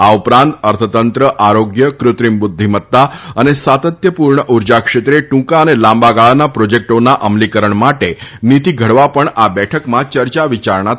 આ ઉપરાંત અર્થતંત્ર આરોગ્ય કુત્રિમ બુધ્ધિમત્તા અને સાતત્ય ઉર્જા ક્ષેત્રે ટુકા અને લાંબાગાળાના પ્રોજેકટોના અમલીકરણ માટે નીતી ઘડવા પણ આ બેઠકમાં ચર્ચા કરવામાં આવી હતી